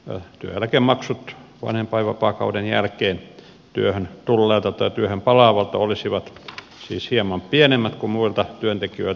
eli työeläkemaksut vanhempainvapaakauden jälkeen työhön tulleelta tai työhön palaavalta olisivat hieman pienemmät kuin muilta työntekijöiltä